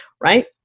right